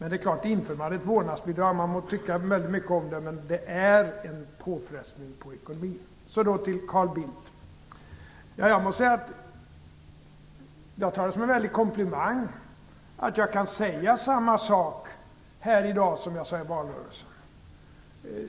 Ett införande av ett vårdnadsbidrag är, oavsett om man tycker väldigt mycket om det, en påfrestning på ekonomin. Så till Carl Bildt. Jag tar det som en komplimang när det konstateras att jag kan säga samma sak här i dag som jag gjorde i valrörelsen.